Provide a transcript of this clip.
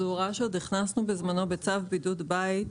זו הוראה שהכנסנו בזמנו בצו בידוד בית,